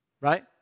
Right